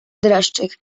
dreszczyk